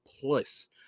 plus